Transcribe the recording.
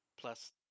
Plus